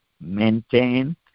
maintain